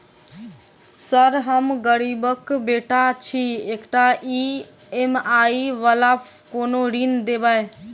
Sir हम गरीबक बेटा छी एकटा ई.एम.आई वला कोनो ऋण देबै?